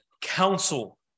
counsel